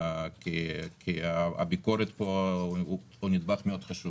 כי הביקורת היא נדבך מאוד חשוב